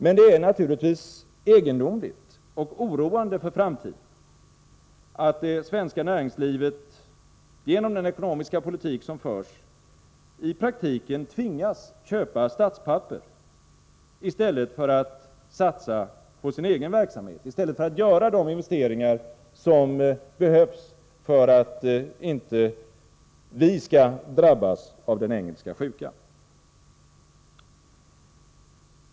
Men det är naturligtvis egendomligt och oroande för framtiden att det svenska näringslivet — genom den ekonomiska politik som förs — i praktiken tvingas köpa statspapper i stället för att satsa på sin egen verksamhet, i stället för att göra de investeringar som behövs för att vi inte skall drabbas av den engelska sjukan.